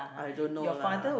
I don't know lah